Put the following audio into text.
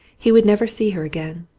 he would never see her again.